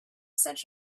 such